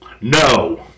No